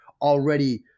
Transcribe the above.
already